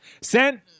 Sent